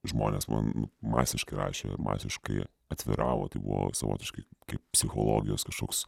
žmonės man masiškai rašė masiškai atviravo tai buvo savotiškai kaip psichologijos kažkoks